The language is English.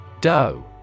Doe